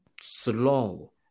slow